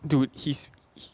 dude he's